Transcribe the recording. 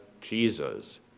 Jesus